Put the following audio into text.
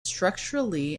structurally